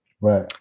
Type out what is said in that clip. Right